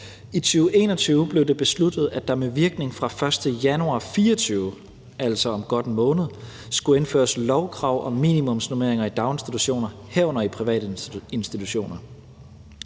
I 2021 blev det besluttet, at der med virkning fra den 1. januar af 2024, altså om godt en måned, skulle indføres et lovkrav om minimumsnormeringer i daginstitutioner, herunder i privatinstitutioner,